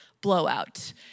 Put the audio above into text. blowout